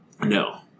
No